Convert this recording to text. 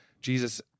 Jesus